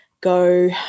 go